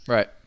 Right